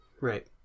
Right